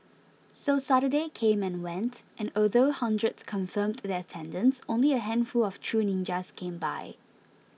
so Saturday came and went and although hundreds confirmed their attendance only a handful of true ninjas came by